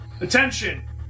Attention